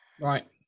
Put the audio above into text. Right